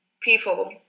people